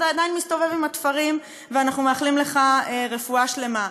אתה עדיין מסתובב עם התפרים ואנחנו מאחלים לך רפואה שלמה,